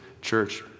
church